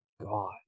god